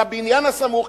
לבניין הסמוך,